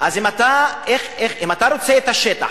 אם אתה רוצה את השטח,